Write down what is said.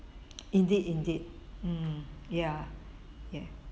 indeed indeed mm ya ya